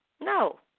No